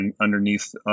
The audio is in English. underneath